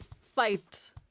fight